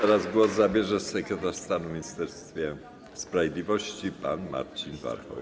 Teraz głos zabierze sekretarz stanu w Ministerstwie Sprawiedliwości pan Marcin Warchoł.